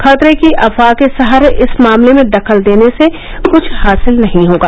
खतरे की अफवाह के सहारे इस मामले में दखल देने से कुछ हासिल नहीं होगा